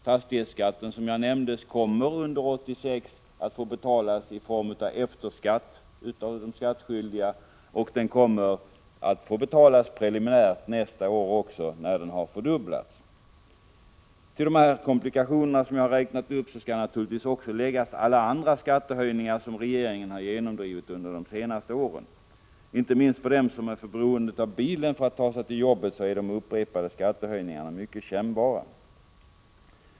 Fastighetsskatten, som jag nämnde, kommer under 1986 att få betalas i form av efterskatt av de skattskyldiga, och den kommer att få betalas preliminärt också nästa år när den har fördubblats. Till de komplikationer som jag räknat upp skall naturligtvis också läggas alla andra skattehöjningar som regeringen genomdrivit under de senaste åren. Inte minst för dem som är beroende av bilen för att ta sig till jobbet är de upprepade skattehöjningarna mycket kännbara.